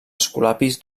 escolapis